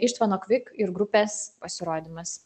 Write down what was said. ištvano kvik ir grupės pasirodymas